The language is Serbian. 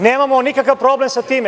Nemamo nikakav problem sa time.